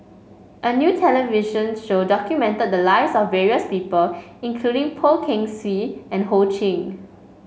a new television show documented the lives of various people including Poh Kay Swee and Ho Ching